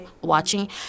watching